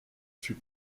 fut